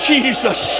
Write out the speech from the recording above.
Jesus